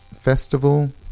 festival